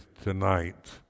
tonight